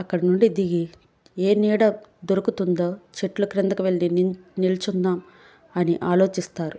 అక్కడ నుండి దిగి ఏ నీడ దొరుకుతుందో చెట్ల క్రిందకి వెళ్ళి నిలుచుందాం అని ఆలోచిస్తారు